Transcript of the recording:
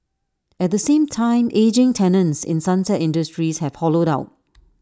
at the same time ageing tenants in sunset industries have hollowed out